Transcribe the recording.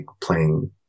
playing